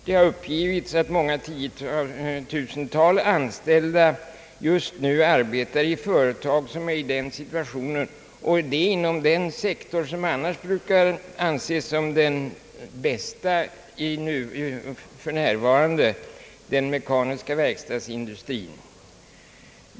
Det har uppgivits att många tiotusental anställda just nu arbetar i företag som är i den situationen, och detta inom den sektor som annars brukar anses som den bästa, den mekaniska verkstadsindustrin.